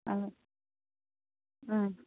ಹಾಂ ಹಾಂ